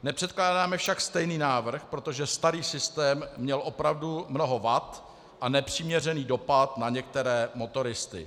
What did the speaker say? Nepředkládáme však stejný návrh, protože starý systém měl opravdu mnoho vad a nepřiměřený dopad na některé motoristy.